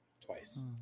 twice